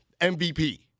MVP